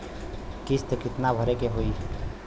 किस्त कितना भरे के होइ?